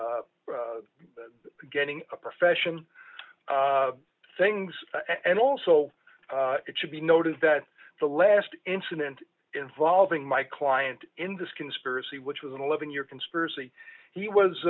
getting a profession things and also it should be noted that the last incident involving my client in this conspiracy which was an eleven year conspiracy he was